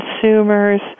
consumers